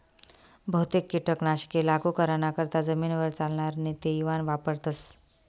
बहुतेक कीटक नाशके लागू कराना करता जमीनवर चालनार नेते इवान वापरथस